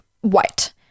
white